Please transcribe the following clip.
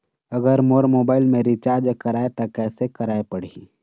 अगर मोर मोबाइल मे रिचार्ज कराए त कैसे कराए पड़ही?